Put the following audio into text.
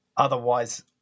Otherwise